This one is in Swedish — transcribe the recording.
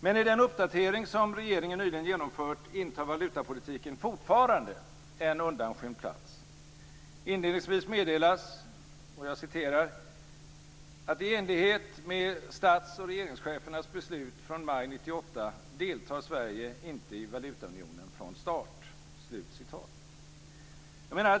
Men i den uppdatering som regeringen nyligen genomfört intar valutapolitiken fortfarande en undanskymd plats. Inledningsvis meddelas att "- i enlighet med stats och regeringschefernas beslut från maj 1998 deltar Sverige inte i valutaunionen från start."